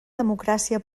democràcia